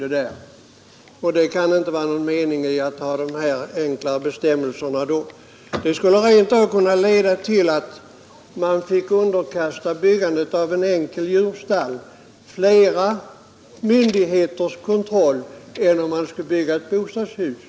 Det kan inte vara någon mening i att ha de här enkla bestämmelserna med där. Det skulle rent av kunna leda till att man fick underkasta byggandet av ett enkelt djurstall flera myndigheters kontroll än om man skulle bygga ett bostadshus.